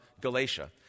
Galatia